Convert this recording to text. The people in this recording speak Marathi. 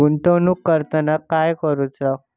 गुंतवणूक करताना काय करुचा?